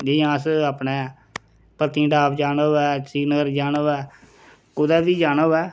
जि'यां अस अपने पत्तनी टाप जाना होवे जां श्रीनगर जाना होवे कुतै बी जाना होवे